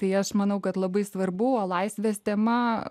tai aš manau kad labai svarbu laisvės tema